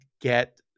get